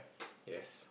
yes